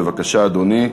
בבקשה, אדוני.